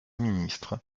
ministre